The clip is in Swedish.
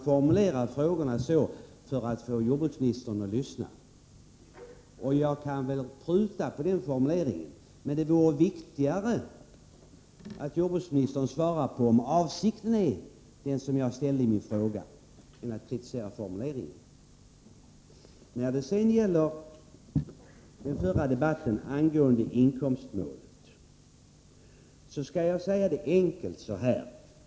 Jag skulle väl kunna pruta på formuleringen, men det är viktigare att jordbruksministern svarar om avsikten är den jag frågade om än att han kritiserar formuleringen. När det sedan gäller debatten angående inkomstmålet skall jag formulera saken enkelt.